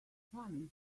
funny